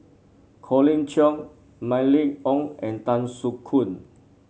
Colin Cheong Mylene Ong and Tan Soo Khoon